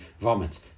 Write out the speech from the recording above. vomit